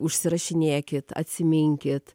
užsirašinėkit atsiminkit